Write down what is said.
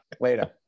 Later